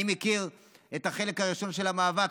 אני מכיר את החלק הראשון של המאבק,